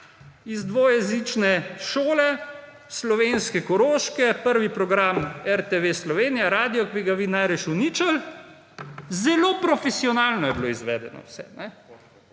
iz dvojezične šole na slovenskem Koroškem, Prvi program RTV Slovenija, radio, ki bi ga vi najrajši uničili, zelo profesionalno je bilo izvedeno vse